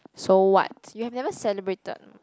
so what you have never celebrated